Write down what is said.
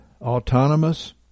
autonomous